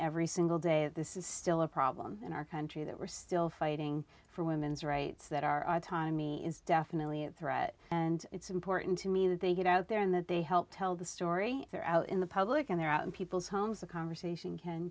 every single day this is still a problem in our country that we're still fighting for women's rights that our autonomy is definitely a threat and it's important to me that they get out there and that they help tell the story they're out in the public and they're out in people's homes the conversation can